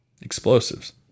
explosives